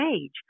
age